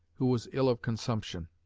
who was ill of consumption.